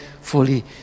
fully